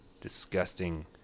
disgusting